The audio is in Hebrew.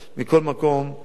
החוק הזה לא מוסיף מאומה.